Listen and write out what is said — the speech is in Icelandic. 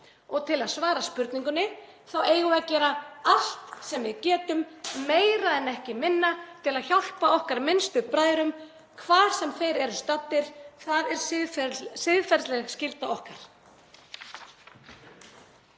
Og til að svara spurningunni þá eigum við að gera allt sem við getum, meira en ekki minna, til að hjálpa okkar minnstu bræðrum, hvar sem þeir eru staddir. Það er siðferðileg skylda okkar.